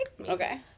Okay